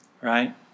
right